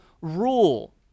rule